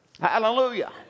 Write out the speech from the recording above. Hallelujah